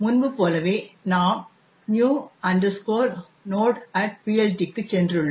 முன்பு போலவே நாம் new nodePLT க்குச் சென்றுள்ளோம்